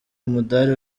umudari